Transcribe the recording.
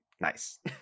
nice